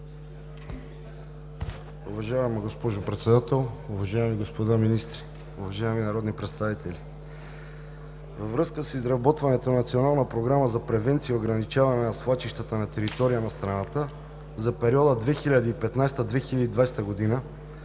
Уважаема госпожо Председател, уважаеми господа министри, уважаеми народни представители! Във връзка с изработването на Национална програма за превенция и ограничаване на свлачищата на територията на страната за периода 2015 - 2020 г.